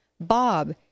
Bob